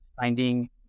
finding